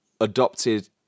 adopted